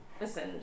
listen